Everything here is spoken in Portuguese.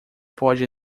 pode